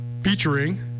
featuring